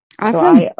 Awesome